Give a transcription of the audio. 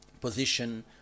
position